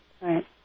right